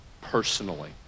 personally